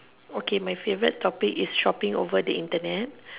okay my favorite topic is shopping over the Internet